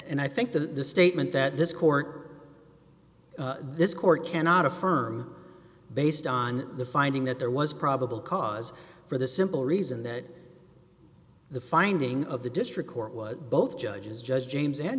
and i think that the statement that this court this court cannot affirm based on the finding that there was probable cause for the simple reason that the finding of the district court was both judges judge james and